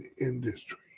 industry